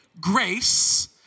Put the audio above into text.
grace